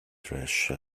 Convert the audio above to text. thresh